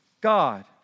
God